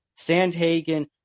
Sandhagen